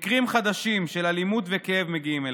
מקרים חדשים של אלימות וכאב מגיעים אליי.